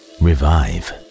revive